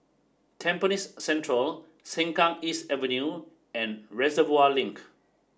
Tampines Central Sengkang East Avenue and Reservoir Link